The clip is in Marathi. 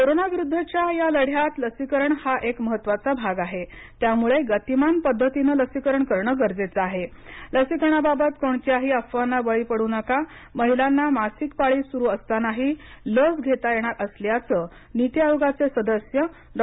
कोरोना विरुद्धच्या या लढ्यात लसीकरण हा एक महत्त्वाचा भाग आहे त्यामुळे गतिमान पद्धतीनं लसीकरण करण गरजेचं आहे लसीकरणाबाबत कोणत्याही अफवांना बळी पडू नका मासिक पाळी सुरू असतानाही लस घेता येणार असल्याचं नीती आयोगाचे सदस्य डॉ